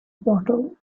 bottle